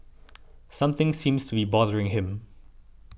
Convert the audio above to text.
something seems to be bothering him